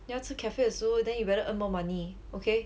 你要吃 cafe 的食物 then better earn more money okay